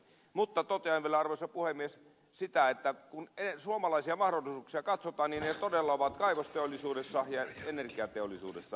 mutta totean vielä arvoisa puhemies että kun suomalaisia mahdollisuuksia katsotaan niin ne todella ovat kaivosteollisuudessa ja energiateollisuudessa